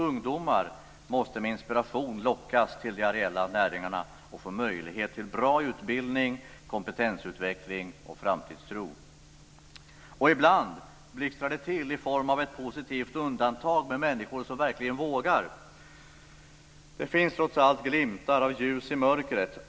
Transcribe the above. Ungdomar måste med inspiration lockas till de areella näringarna och få möjlighet till bra utbildning, kompetensutveckling och framtidstro. Ibland blixtrar det till i form av ett positivt undantag med människor som verkligen vågar. Det finns trots allt glimtar av ljus i mörkret.